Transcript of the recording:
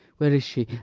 where is she?